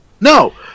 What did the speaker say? No